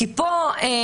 כי מה?